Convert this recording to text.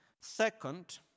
Second